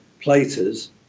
platers